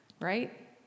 right